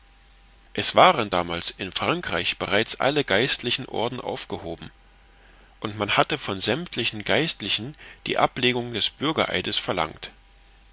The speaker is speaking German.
es waren damals in frankreich bereits alle geistlichen orden aufgehoben und man hatte von sämmtlichen geistlichen die ablegung des bürgereides verlangt